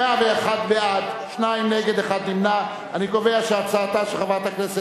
ההצעה להעביר את הצעת חוק התפזרות הכנסת